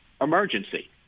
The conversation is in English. emergency